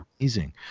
amazing